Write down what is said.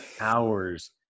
hours